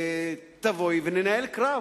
תבואי וננהל קרב,